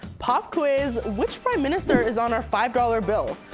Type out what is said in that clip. pop quiz! which prime minister is on our five dollar bill?